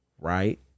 right